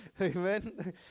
Amen